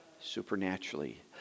supernaturally